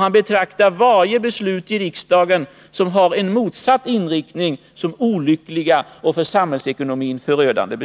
Han betraktar varje beslut i riksdagen som har en motsatt inriktning som olyckligt och för samhällsekonomin förödande.